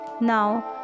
Now